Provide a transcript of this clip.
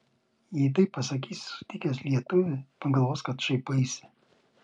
jei taip pasakysi sutikęs lietuvį pagalvos kad šaipaisi